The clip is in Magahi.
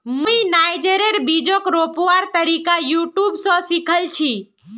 मुई नाइजरेर बीजक रोपवार तरीका यूट्यूब स सीखिल छि